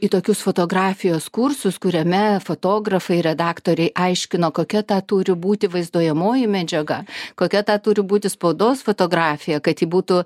į tokius fotografijos kursus kuriame fotografai redaktoriai aiškino kokia ta turi būti vaizduojamoji medžiaga kokia ta turi būti spaudos fotografija kad ji būtų